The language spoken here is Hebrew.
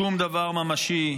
שום דבר ממשי,